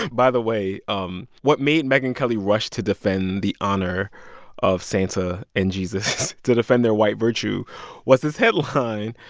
by the way, um what made megyn kelly rush to defend the honor of santa and jesus to defend their white virtue was this headline,